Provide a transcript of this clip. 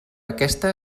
aquesta